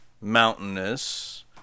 mountainous